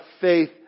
faith